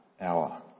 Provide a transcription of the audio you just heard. hour